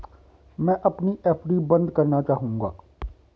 मैं अपनी एफ.डी बंद करना चाहूंगा